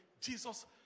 Jesus